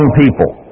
people